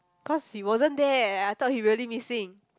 cause he wasn't there I thought he really missing